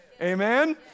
Amen